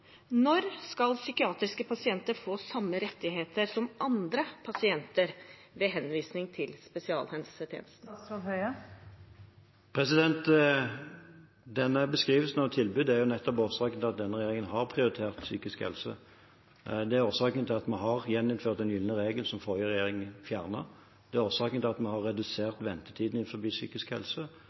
Når skal psykiatriske pasienter få samme rettigheter som andre pasienter ved henvisning til spesialisthelsetjeneste? Denne beskrivelsen av tilbudet er årsaken til at denne regjeringen har prioritert psykisk helse. Det er årsaken til at vi har gjeninnført «den gylne regel», som forrige regjering fjernet, det er årsaken til at vi har redusert ventetiden innen psykisk helse,